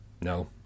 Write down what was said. No